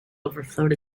overflowed